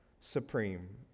supreme